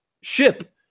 ship